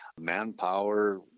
manpower